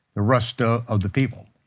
rest ah of the people.